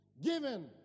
given